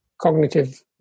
cognitive